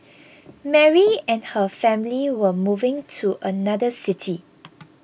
Mary and her family were moving to another city